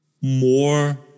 more